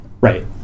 Right